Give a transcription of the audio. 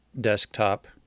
desktop